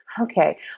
Okay